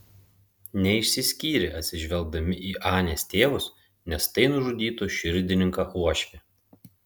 neišsiskyrė atsižvelgdami į anės tėvus nes tai nužudytų širdininką uošvį